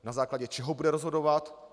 Na základě čeho bude rozhodovat?